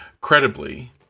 credibly